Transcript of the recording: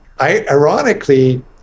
ironically